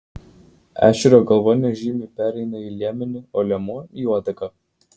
ešerio galva nežymiai pereina į liemenį o liemuo į uodegą